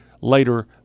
later